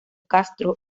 castro